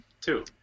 Two